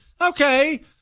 okay